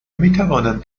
میتوانم